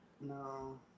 No